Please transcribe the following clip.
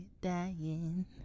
dying